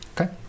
Okay